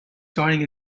starting